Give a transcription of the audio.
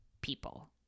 people